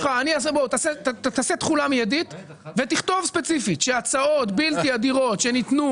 תעשה תחולה מיידית ותכתוב ספציפית שהצעות בלתי הדירות שניתנו